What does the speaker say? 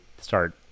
start